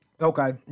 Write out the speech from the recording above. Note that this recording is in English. Okay